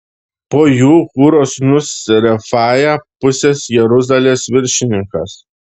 po jų hūro sūnus refaja pusės jeruzalės viršininkas